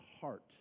heart